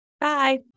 Bye